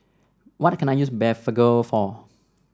what can I use Blephagel for